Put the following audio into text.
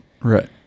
right